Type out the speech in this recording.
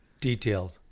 detailed